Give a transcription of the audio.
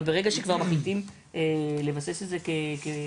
אבל ברגע שכבר מחליטים לבסס את זה כחוק,